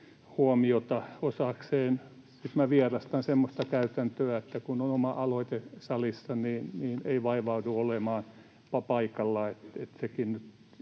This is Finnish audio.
huomiota osakseen. Minä vierastan semmoista käytäntöä, että kun on oma aloite salissa, niin ei vaivaudu olemaan paikalla.